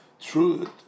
true